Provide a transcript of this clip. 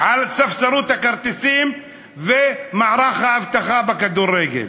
על הספסרות בכרטיסים ומערך האבטחה בכדורגל.